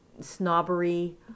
snobbery